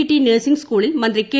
T nursing സ്കൂളിൽ മന്ത്രി K